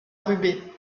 rubé